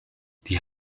die